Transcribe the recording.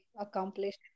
accomplished